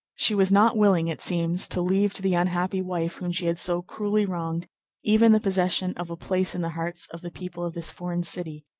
she was not willing, it seems, to leave to the unhappy wife whom she had so cruelly wronged even the possession of a place in the hearts of the people of this foreign city,